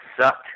sucked